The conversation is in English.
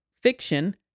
fiction